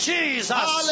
Jesus